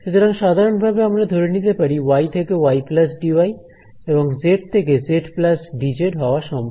সুতরাং সাধারণভাবে আমরা ধরে নিতে পারি ওয়াই থেকে Y plus D Y y dy এবং জেড থেকে Z plus D Z z dz হওয়া সম্ভব